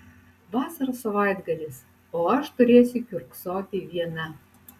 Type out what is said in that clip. vasaros savaitgalis o aš turėsiu kiurksoti viena